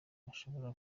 bashobora